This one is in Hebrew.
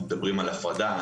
אנחנו מדברים על הפרדה,